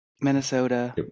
Minnesota